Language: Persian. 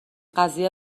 قضیه